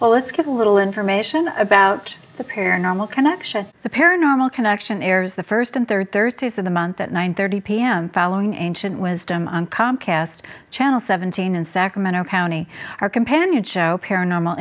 well let's get a little information about the paranormal connection the paranormal connection errors the first and third thirties of the month at nine thirty p m following ancient wisdom on comcast channel seventeen in sacramento county our companion show paranormal